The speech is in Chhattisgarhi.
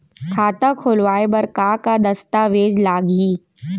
खाता खोलवाय बर का का दस्तावेज लागही?